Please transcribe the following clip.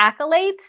accolades